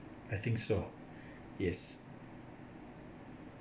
I think so yes